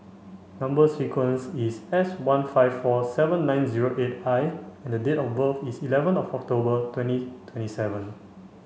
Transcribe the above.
number sequence is S one five four seven nine zero eight I and the date of birth is eleven of October twenty twenty seven